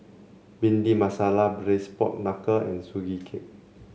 Bhindi Masala Braised Pork Knuckle and Sugee Cake